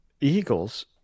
Eagles